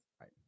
right